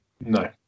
No